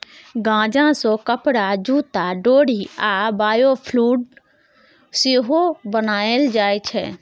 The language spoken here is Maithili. गांजा सँ कपरा, जुत्ता, डोरि आ बायोफ्युल सेहो बनाएल जाइ छै